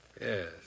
Yes